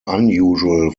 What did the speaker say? unusual